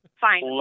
Fine